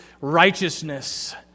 Righteousness